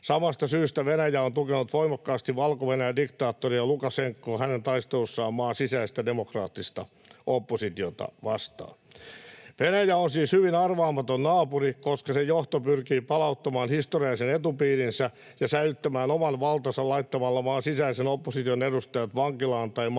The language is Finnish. Samasta syystä Venäjä on tukenut voimakkaasti Valko-Venäjän diktaattoria Lukašenkaa hänen taistelussaan maan sisäistä demokraattista oppositiota vastaan. Venäjä on siis hyvin arvaamaton naapuri, koska sen johto pyrkii palauttamaan historiallisen etupiirinsä ja säilyttämään oman valtansa laittamalla maan sisäisen opposition edustajat vankilaan tai maanpakoon